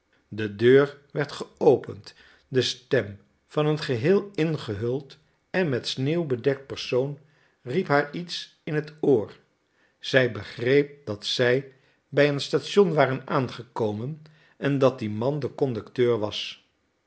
de deur werd geopend de stem van een geheel ingehuld en met sneeuw bedekt persoon riep haar iets in het oor zij begreep dat zij bij een station waren aangekomen en dat die man de conducteur was